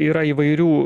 yra įvairių